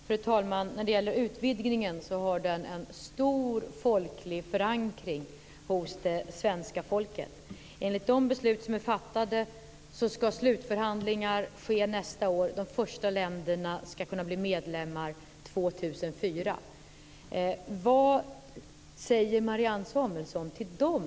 Fru talman! Utvidgningen har en stor folklig förankring hos svenska folket. Enligt de beslut som är fattade ska slutförhandlingar äga rum nästa år, och de första kandidatländerna ska kunna bli medlemmar 2004. Vad säger Marianne Samuelsson till dem?